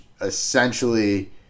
essentially